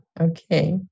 Okay